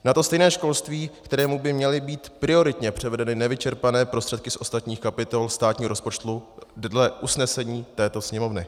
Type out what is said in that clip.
Na to stejné školství, kterému měly být prioritně převedeny nevyčerpané prostředky z ostatních kapitol státního rozpočtu dle usnesení této Sněmovny.